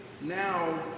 now